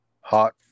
Hot